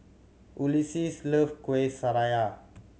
Ulises love Kuih Syara